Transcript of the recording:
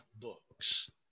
books